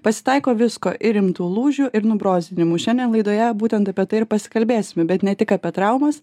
pasitaiko visko ir rimtų lūžių ir nubrozdinimų šiandien laidoje būtent apie tai ir pasikalbėsime bet ne tik apie traumas